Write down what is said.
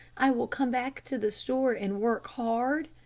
i will come back to the store and work hard?